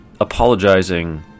apologizing